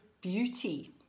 beauty